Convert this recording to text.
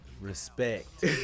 respect